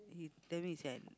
he tell me he say